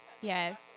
Yes